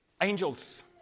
angels